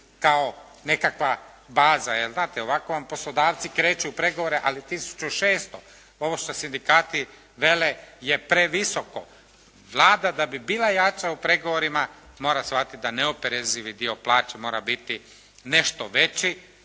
kao nekakva baza. Jer znate, ovako vam poslodavci kreću u pregovore ali 1600. Ovo što sindikati vele je previsoko. Vlada da bi bila jača u pregovorima mora shvatiti da neoporezivi dio plaće mora biti nešto veći